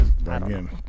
Again